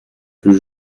plus